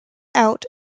out